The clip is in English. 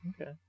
okay